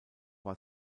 war